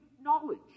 knowledge